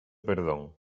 perdón